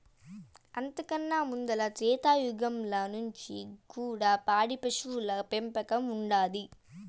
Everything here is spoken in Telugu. అంతకన్నా ముందల త్రేతాయుగంల నుంచి కూడా పాడి పశువుల పెంపకం ఉండాది